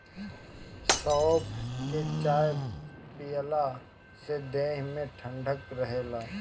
सौंफ के चाय पियला से देहि में ठंडक रहेला